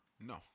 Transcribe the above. No